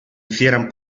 hicieran